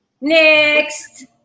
Next